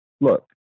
look